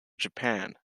japan